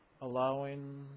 allowing